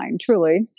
truly